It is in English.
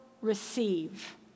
receive